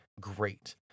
great